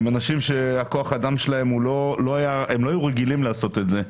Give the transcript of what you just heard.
אלה אנשים שלא היו רגילים לעשות זאת.